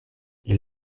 ils